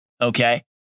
Okay